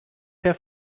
per